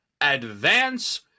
advance